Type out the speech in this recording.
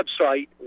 website